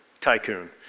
tycoon